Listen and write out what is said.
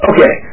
Okay